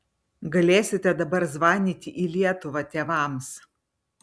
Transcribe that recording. galėsite dabar zvanyti į lietuvą tėvams